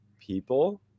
people